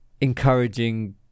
encouraging